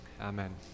amen